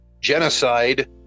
genocide